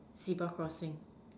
zebra crossing